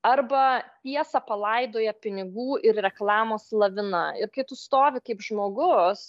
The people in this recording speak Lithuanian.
arba tiesą palaidoja pinigų ir reklamos lavina kai tu stovi kaip žmogus